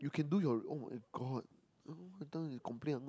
you can do your [oh]-my-god all I've done is complain